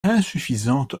insuffisante